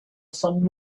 some